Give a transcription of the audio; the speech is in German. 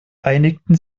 einigten